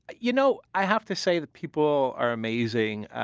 you know i have to say that people are amazing.